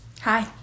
Hi